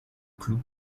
clou